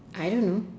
I don't know